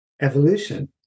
evolution